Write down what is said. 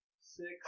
six